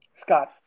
Scott